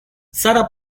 sara